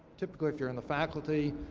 typically, if you're in the faculty,